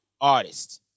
artist